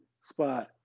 spot